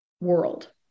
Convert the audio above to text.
world